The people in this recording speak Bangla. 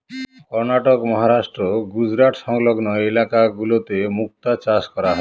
কর্ণাটক, মহারাষ্ট্র, গুজরাট সংলগ্ন ইলাকা গুলোতে মুক্তা চাষ করা হয়